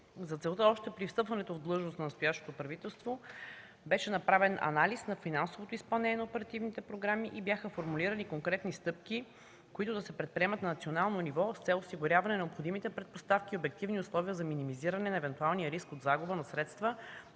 За целта още при встъпването в длъжност на настоящото правителство беше направен анализ на финансовото изпълнение на оперативните програми и бяха формулирани конкретни стъпки, които да се предприемат на национално ниво с цел осигуряване на необходимите предпоставки и обективни условия за минимизиране на евентуалния риск от загуба на средства